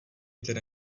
teda